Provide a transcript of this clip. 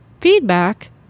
feedback